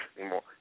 anymore